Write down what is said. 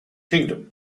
kingdom